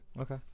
Okay